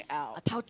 out